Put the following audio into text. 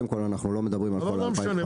לא משנה.